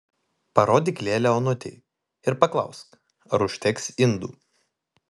parodyk lėlę onutei ir paklausk ar užteks indų